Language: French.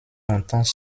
longtemps